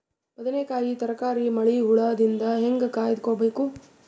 ಬದನೆಕಾಯಿ ತರಕಾರಿ ಮಳಿ ಹುಳಾದಿಂದ ಹೇಂಗ ಕಾಯ್ದುಕೊಬೇಕು?